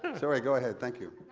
sorry, go ahead, thank you.